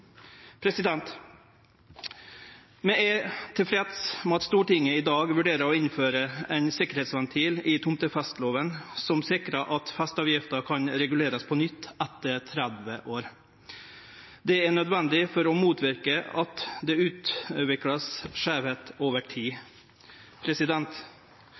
er tilfredse med at Stortinget i dag vurderer å innføre ein sikkerheitsventil i tomtefesteloven som sikrar at festeavgifta kan regulerast på nytt etter 30 år. Det er nødvendig for å motverke at det skal utviklast skeivheit over tid.